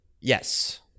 Yes